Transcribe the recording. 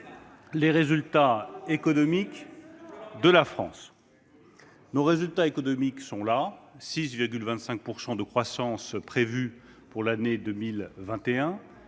les résultats économiques de la France. Nos résultats économiques sont là : 6,25 % de croissance prévue pour 2021,